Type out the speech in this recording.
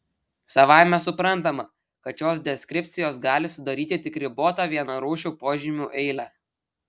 savaime suprantama kad šios deskripcijos gali sudaryti tik ribotą vienarūšių požymių eilę